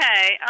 Okay